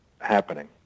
happening